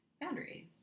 boundaries